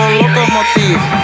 locomotive